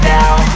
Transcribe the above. now